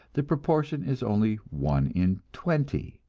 the proportion is only one in twenty.